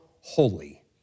holy